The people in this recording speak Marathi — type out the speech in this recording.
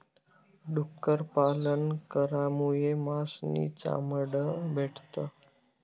डुक्कर पालन करामुये मास नी चामड भेटस